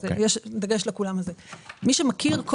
מי שמכיר,